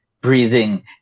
breathing